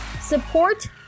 support